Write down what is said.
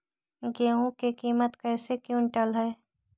गेहू के किमत कैसे क्विंटल है?